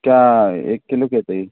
क्या एक किलो क्या चाहिए